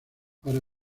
para